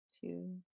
two